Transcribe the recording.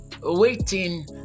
Waiting